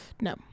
No